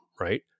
Right